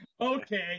Okay